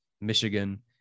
Michigan